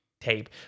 tape